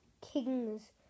kings